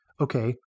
okay